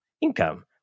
income